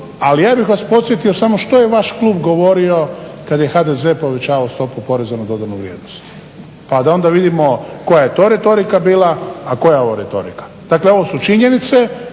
ali ja bih vas podsjetio što je vaš klub govorio kada je HDZ povećao stopu poreza na dodanu vrijednost pa da onda vidimo koja je to retorika bila, a koja je ovo retorika. Dakle ovo su činjenice